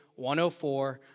104